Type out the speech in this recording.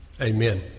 Amen